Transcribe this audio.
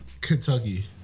Kentucky